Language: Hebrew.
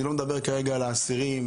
אני לא מדבר כרגע על האסירים.